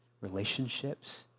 relationships